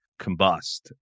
combust